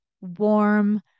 warm